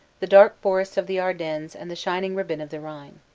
the dark forests of the ardennes and the shining ribbon of the rhine.